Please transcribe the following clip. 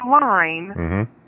line